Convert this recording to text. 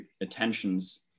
attentions